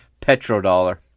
petrodollar